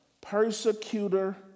persecutor